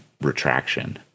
retraction